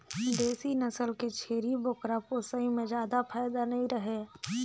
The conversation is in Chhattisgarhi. देसी नसल के छेरी बोकरा पोसई में जादा फायदा नइ रहें